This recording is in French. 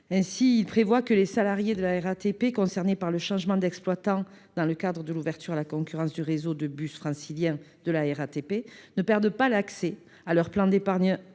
s’agit de prévoir que les salariés de la RATP concernés par le changement d’exploitant dans le cadre de l’ouverture à la concurrence du réseau de bus francilien ne perdent pas l’accès à leur plan d’épargne